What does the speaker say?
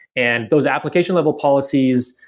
and those application level policies,